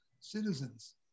citizens